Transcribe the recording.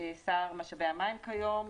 שר משאבי המים כיום,